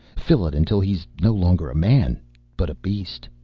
fill it until he's no longer a man but a beast.